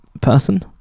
person